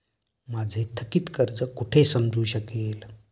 माझे थकीत कर्ज कुठे समजू शकेल?